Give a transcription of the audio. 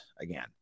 again